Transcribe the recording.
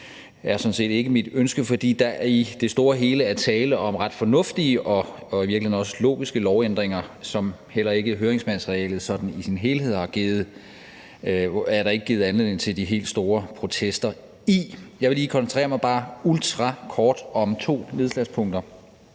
set ikke mit ønske. For der er i det store og hele tale om ret fornuftige og i virkeligheden også logiske lovændringer, som heller ikke i høringsmaterialet sådan i sin helhed har givet anledning til de helt store protester. Jeg vil bare lige ultrakort koncentrere mig om to nedslagspunkter.